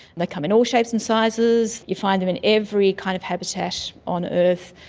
they come in all shapes and sizes. you find them in every kind of habitat on earth.